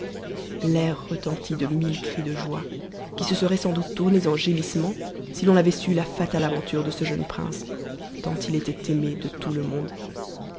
l'air retentit de mille cris de joie qui se seraient sans doute tournés en gémissements si l'on avait su la fatale aventure de ce jeune prince tant il était aimé de tout le monde